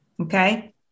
Okay